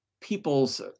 people's